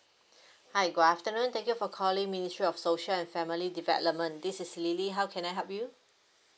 hi good afternoon thank you for calling ministry of social and family development this is lily how can I help you